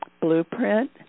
blueprint